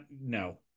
no